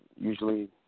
usually